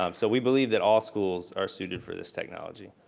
um so we believe that all schools are suited for this technology.